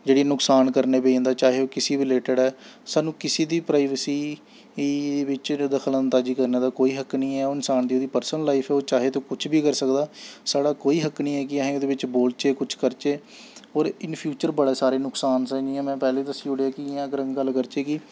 जेह्ड़ी नुक्सान करने पेई जंदा चाहे ओह् किसी बी रिलेटिड ऐ सानूं किसी दी प्राइवेसी बिच्च दखल अंदाजी करने दा कोई हक्क निं ऐ इंसान दी ओह् पर्सनल लाइफ ऐ ओह् चाहे ते ओह् कुछ बी करी सकदा साढ़ा कोई हक्क निं ऐ कि अस ओह्दे बिच्च बोलचै कुछ करचै होर इन फ्यूचर बड़े सारे नुकेसान न जि'यां में पैह्लें दस्सी ओड़ेआ कि गल्ल करचै कि